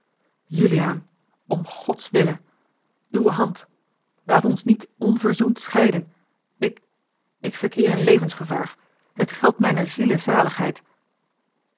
juliaan om gods wille uwe hand laat ons niet onverzoend scheiden ik ik verkeer in levensgevaar het geldt mijner ziele zaligheid